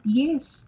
yes